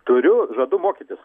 turiu žadu mokytis